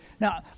Now